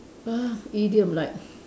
uh idiom like